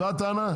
זו הטענה?